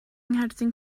ngherdyn